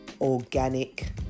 organic